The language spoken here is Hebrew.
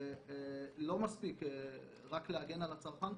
לא מספיק רק להגן על הצרכן,